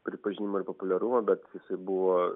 pripažinimo ir populiarumo bet jisai buvo